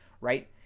right